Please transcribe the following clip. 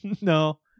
No